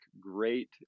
great